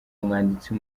umwanditsi